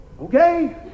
okay